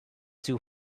too